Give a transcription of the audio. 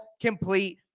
complete